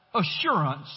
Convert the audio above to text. assurance